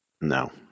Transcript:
No